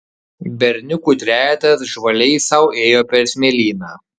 berniukų trejetas žvaliai sau ėjo per smėlyną